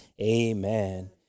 amen